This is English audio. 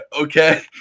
okay